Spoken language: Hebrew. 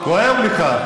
כואב לך.